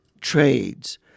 trades